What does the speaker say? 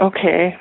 Okay